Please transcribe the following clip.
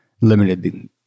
limited